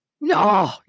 no